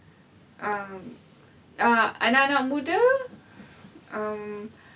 um anak-anak muda um